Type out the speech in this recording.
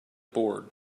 bored